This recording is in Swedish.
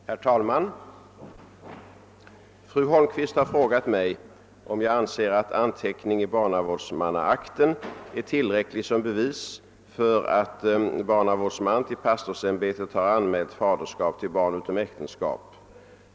Herr talman! Fru Holmqvist har frågat mig, om jag anser att anteckning i barnavårdsmannaakten är tillräcklig som bevis för att barnavårdsman till pastorsämbetet har anmält faderskap till barn utom äktenskap.